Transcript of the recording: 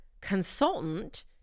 consultant